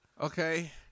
okay